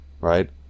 right